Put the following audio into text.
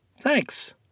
Thanks